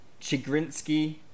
Chigrinsky